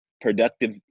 productive